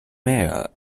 mayer